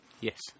yes